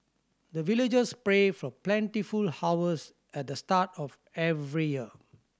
the villagers pray for plentiful harvest at the start of every year